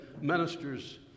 ministers